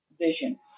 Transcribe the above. vision